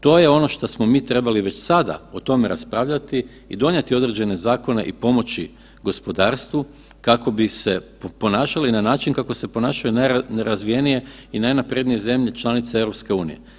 To je ono što smo mi trebali već sada o tome raspravljati i donijeti određene zakone i pomoći gospodarstvu kako bi se ponašali na način kako se ponašaju najrazvijenije i najnaprednije članice EU.